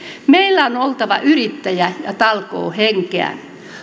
meillä on oltava yrittäjä ja talkoohenkeä